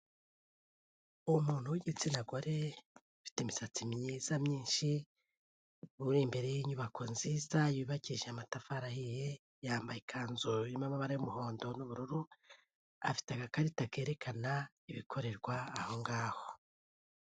Umuntu w'igitsina gore ufite imisatsi myiza myinshi uri imbere y'inyubako nziza yubakije amatafari ahiye, yambaye ikanzu irimo amabara y'umuhondo n'ubururu afite agakarita kerekana ibikorerwa aho ngaho.